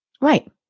Right